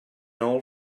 old